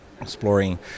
exploring